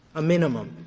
a minimum,